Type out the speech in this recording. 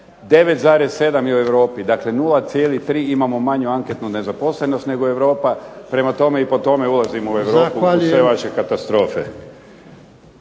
9,7 je u Europi. Dakle, 0,3 imamo manju anketnu nezaposlenost nego Europa. Prema tome i po tome ulazimo u Europu kroz sve vaše katastrofe.